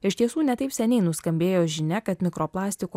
iš tiesų ne taip seniai nuskambėjo žinia kad mikroplastiko